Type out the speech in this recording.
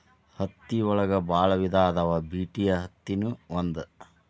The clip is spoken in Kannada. ಹತ್ತಿ ಒಳಗ ಬಾಳ ವಿಧಾ ಅದಾವ ಬಿಟಿ ಅತ್ತಿ ನು ಒಂದ